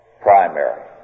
primary